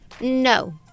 no